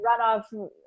runoff